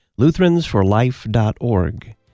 lutheransforlife.org